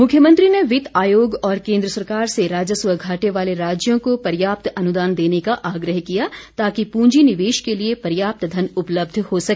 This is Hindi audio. मुख्यमंत्री ने वित्त आयोग और केन्द्र सरकार से राजस्व घाटे वाले राज्यों को पर्याप्त अनुदान देने का आग्रह किया ताकि प्रंजी निवेश के लिए पर्याप्त धन उपलब्ध हो सके